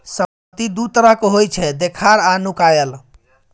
संपत्ति दु तरहक होइ छै देखार आ नुकाएल